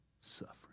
suffering